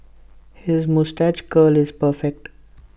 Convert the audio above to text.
his moustache curl is perfect